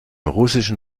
russischen